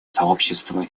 сообщества